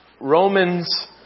Romans